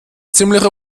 ziemliche